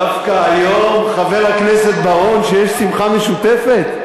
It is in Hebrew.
דווקא היום, חבר הכנסת בר-און, כשיש שמחה משותפת?